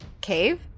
Cave